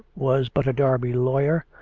was but a derby law yer,